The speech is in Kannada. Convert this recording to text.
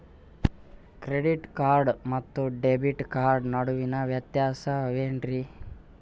ಕ್ರೆಡಿಟ್ ಕಾರ್ಡ್ ಮತ್ತು ಡೆಬಿಟ್ ಕಾರ್ಡ್ ನಡುವಿನ ವ್ಯತ್ಯಾಸ ವೇನ್ರೀ?